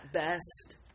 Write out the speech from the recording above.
best